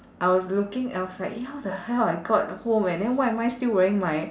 I was looking outside eh how the hell I got home and then why am I still wearing my